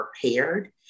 prepared